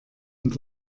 und